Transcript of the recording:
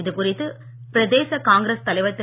இது குறித்து பிரதேச காங்கிரஸ் தலைவர் திரு